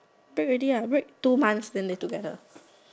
break already ah break two months then they together